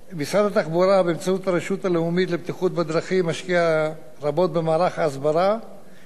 משקיע רבות במערך הסברה מגוון ואינטנסיבי